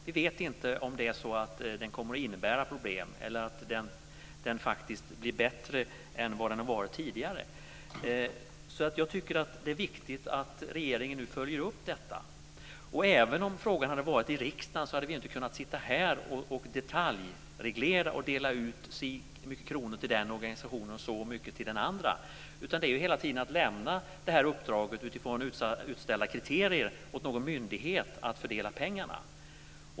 Vi vet inte om den kommer att innebära problem eller om den blir bättre än det som har varit tidigare. Jag tycker att det är viktigt att regeringen nu följer upp det. Även om frågan hade varit i riksdagen hade vi inte kunnat sitta här och detaljreglera och dela ut si många kronor till den organisationen och så många till den andra. Det gäller hela tiden att lämna uppdraget utifrån utställda kriterier till någon myndighet att fördela pengarna.